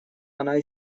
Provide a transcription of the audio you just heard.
она